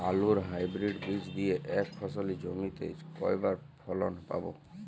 আলুর হাইব্রিড বীজ দিয়ে এক ফসলী জমিতে কয়বার ফলন পাব?